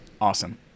Awesome